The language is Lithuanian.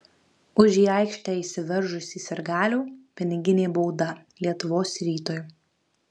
už į aikštę įsiveržusį sirgalių piniginė bauda lietuvos rytui